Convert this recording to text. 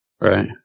Right